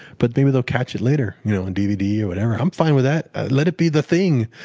but maybe they'll catch it later you know on dvd or whatever. i'm fine with that. let it be the thing.